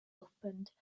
opened